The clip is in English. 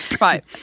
Right